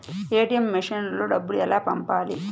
ATM మెషిన్లో డబ్బులు ఎలా పంపాలి?